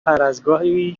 هرازگاهی